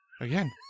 Again